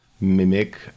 mimic